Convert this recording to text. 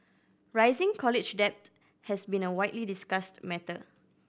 rising college debt has been a widely discussed matter